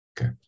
Okay